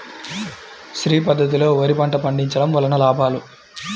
శ్రీ పద్ధతిలో వరి పంట పండించడం వలన లాభాలు?